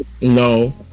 no